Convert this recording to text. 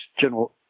general